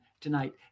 tonight